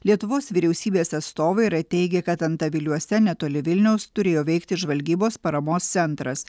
lietuvos vyriausybės atstovai yra teigę kad antaviliuose netoli vilniaus turėjo veikti žvalgybos paramos centras